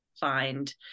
find